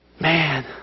Man